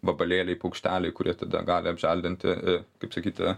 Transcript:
vabalėliai paukšteliai kurie tada gali apželdinti i kaip sakyti